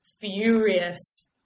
furious